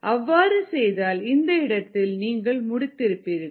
அவ்வாறு செய்தால் இந்த இடத்தில் நீங்கள் முடித்து இருப்பீர்கள்